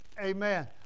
amen